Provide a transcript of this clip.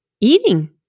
eating